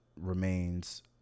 remains